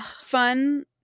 fun